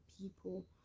people